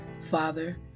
Father